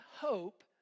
hope